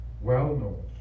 well-known